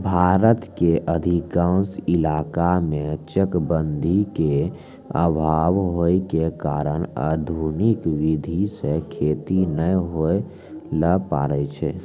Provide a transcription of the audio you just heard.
भारत के अधिकांश इलाका मॅ चकबंदी के अभाव होय के कारण आधुनिक विधी सॅ खेती नाय होय ल पारै छै